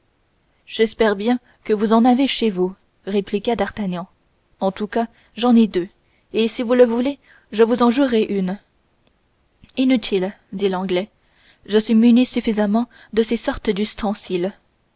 j'espère bien que vous en avez chez vous répondit d'artagnan en tout cas j'en ai deux et si vous le voulez je vous en jouerai une inutile dit l'anglais je suis muni suffisamment de ces sortes d'ustensiles